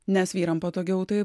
nes vyram patogiau taip